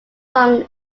song